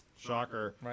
Shocker